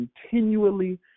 continually